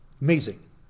Amazing